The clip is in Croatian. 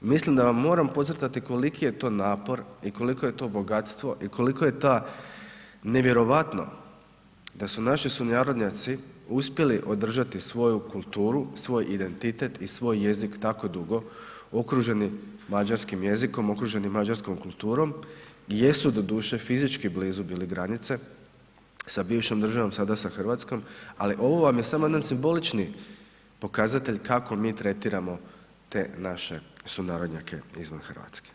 Mislim da vam moram podcrtati koliki je to napor i koliko je to bogatstvo i koliko je to nevjerojatno da su naši sunarodnjaci uspjeli održati svoju kulturu, svoj identitet i svoj jezik tako dugo okruženi mađarskim jezikom, okruženi mađarskom kulturom, jesu doduše fizički blizu bili granice sa bivšom državom, sada sa Hrvatskom ali ovo vam je samo jedan simbolični pokazatelj kako mi tretiramo te naše sunarodnjake izvan Hrvatske.